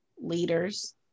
leaders